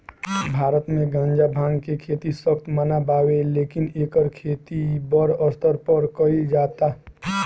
भारत मे गांजा, भांग के खेती सख्त मना बावे लेकिन एकर खेती बड़ स्तर पर कइल जाता